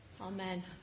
Amen